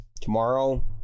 tomorrow